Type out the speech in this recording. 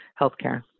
healthcare